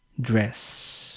dress